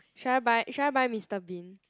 should I buy should I buy Mister-Bean